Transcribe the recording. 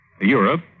Europe